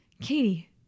Katie